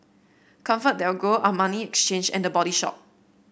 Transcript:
ComfortDelGro Armani Exchange and The Body Shop